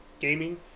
gaming